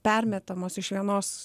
permetamos iš vienos